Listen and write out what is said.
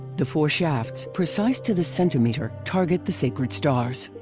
the four shafts, precise to the centimeter, target the sacred stars.